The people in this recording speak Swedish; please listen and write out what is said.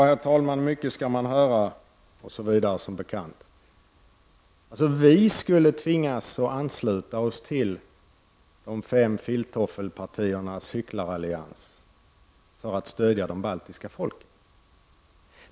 Herr talman! Mycket skall man höra osv., som bekant! Vi skulle tvingas att ansluta oss till de fem filttoffelpartiernas hycklarallians för att stödja de baltiska folken.